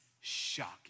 shocking